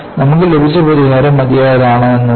നമുക്കു ലഭിച്ച പരിഹാരം മതിയായതാണോയെന്ന് നോക്കുക